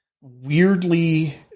weirdly